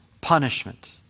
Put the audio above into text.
punishment